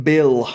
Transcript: Bill